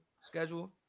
schedule